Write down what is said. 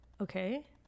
okay